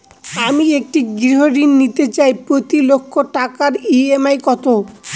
আমি একটি গৃহঋণ নিতে চাই প্রতি লক্ষ টাকার ই.এম.আই কত?